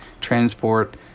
transport